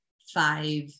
five